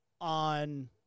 on